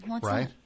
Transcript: Right